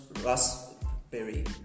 raspberry